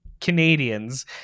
Canadians